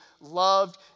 loved